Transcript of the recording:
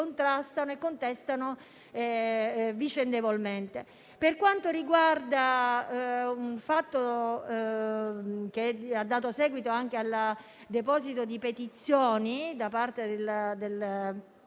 l'altro si contrastano vicendevolmente. Per quanto riguarda un fatto, che ha dato seguito anche al deposito di petizioni da parte di